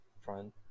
front